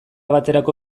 baterako